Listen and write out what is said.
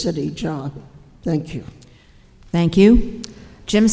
city john thank you thank you jim